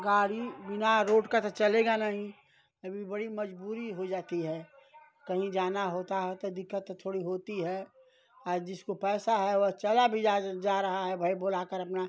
गाड़ी बिना रोड की ताे चलेगी नहीं अभी बड़ी मज़बूरी हो जाती है कहीं जाना होता है तो दिक्कत तो थोड़ी होती है जिसको पैसा है वह चला भी जा जा रहा है भाई बुलाकर अपना